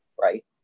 Right